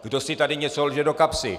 Kdo si tady něco lže do kapsy?